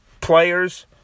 players